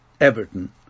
Everton